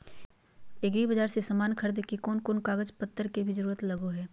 एग्रीबाजार से समान खरीदे के लिए कोनो कागज पतर के भी जरूरत लगो है?